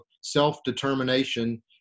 self-determination